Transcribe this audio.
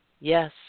Yes